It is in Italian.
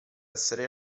essere